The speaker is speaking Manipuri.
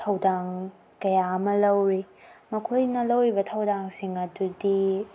ꯊꯧꯗꯥꯡ ꯀꯌꯥ ꯑꯃ ꯂꯧꯏ ꯃꯈꯣꯏꯅ ꯂꯧꯔꯤꯕ ꯊꯧꯗꯥꯡꯁꯤꯡ ꯑꯗꯨꯗꯤ